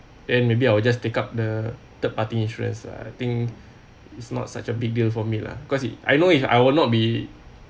then maybe I will just take up the third party insurance lah I think it's not such a big deal for me lah because it I know if I will not be